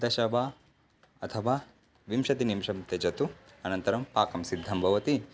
दश वा अथवा विंशतिनिमिषं त्यजतु अनन्तरं पाकः सिद्धः भवति